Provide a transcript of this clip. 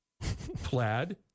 Plaid